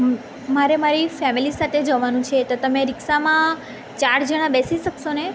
હ મારે મારી ફેમિલી સાથે જવાનું છે તો તમે રિક્ષામાં ચાર જણા બેસી શકશોને